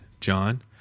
John